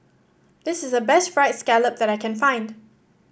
this is the best fried scallop that I can find